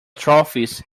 trophies